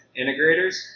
integrators